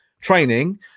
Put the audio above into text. training